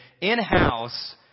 in-house